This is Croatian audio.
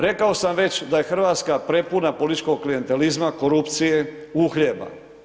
Rekao sam već da je Hrvatska prepuna političkog klijentelizma, korupcije, uhljeba.